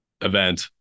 event